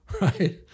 right